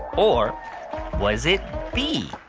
or was it b,